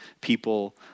people